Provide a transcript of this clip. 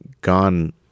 gone